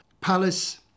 palace